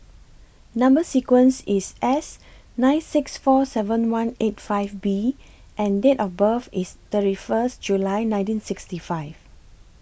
Number sequence IS S nine six four seven one eight five B and Date of birth IS thirty First July nineteen sixty five